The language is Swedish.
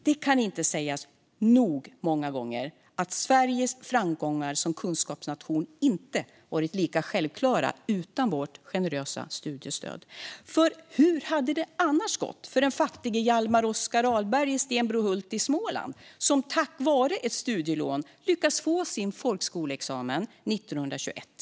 Det kan inte sägas nog många gånger att Sveriges framgångar som kunskapsnation inte hade varit lika självklara utan vårt generösa studiestöd. Hur hade det annars gått för den fattige Hjalmar Oskar Ahlberg i Stenbrohult i Småland, som tack vare ett studielån lyckades få sin folkskoleexamen 1921?